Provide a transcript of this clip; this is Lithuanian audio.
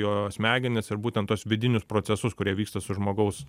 jo smegenis ir būtent tuos vidinius procesus kurie vyksta su žmogaus